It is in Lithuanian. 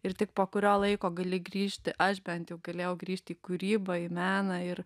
ir tik po kurio laiko gali grįžti aš bent jau galėjau grįžt į kūrybą meną ir